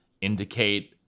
indicate